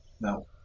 No